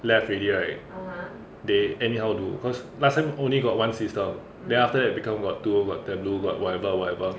left already right they anyhow do cause last time only got one system then after that become got two got tableau got whatever whatever